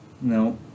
No